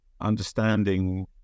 understanding